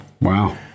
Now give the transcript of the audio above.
Wow